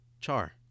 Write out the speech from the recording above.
Char